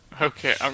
Okay